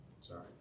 Sorry